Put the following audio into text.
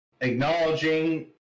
acknowledging